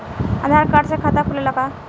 आधार card से खाता खुले ला का?